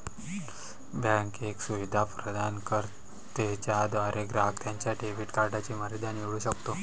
bank एक सुविधा प्रदान करते ज्याद्वारे ग्राहक त्याच्या डेबिट कार्डची मर्यादा निवडू शकतो